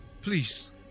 please